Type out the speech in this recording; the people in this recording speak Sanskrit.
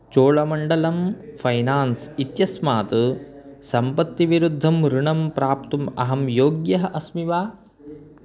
चोळमण्डलं फ़ैनान्स् इत्यस्मात् सम्पत्तिविरुद्धम् ऋणं प्राप्तुम् अहं योग्यः अस्मि वा